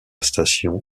station